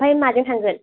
ओमफ्राय माजों थांगोन